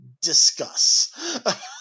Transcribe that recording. discuss